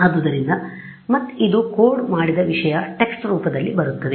ಆದ್ದರಿಂದ ಮತ್ತೆ ಇದು ಕೋಡ್ ಮಾಡಿದ ವಿಷಯ ಟೆಕ್ಸ್ಟ್ ರೂಪದಲ್ಲಿ ಬರುತ್ತದೆ